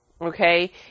Okay